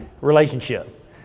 relationship